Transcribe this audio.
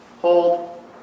hold